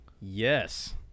yes